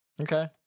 Okay